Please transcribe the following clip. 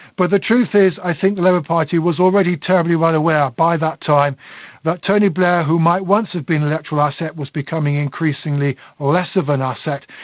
but the truth is i think the labour party was already terribly well aware by that time that tony blair, who might once have been an electoral asset, was becoming increasingly less of an asset.